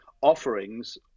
offerings